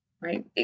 right